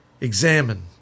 Examine